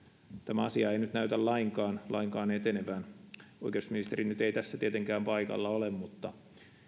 tämä asia ei näytä lainkaan lainkaan etenevän oikeusministeri nyt ei tässä tietenkään paikalla ole mutta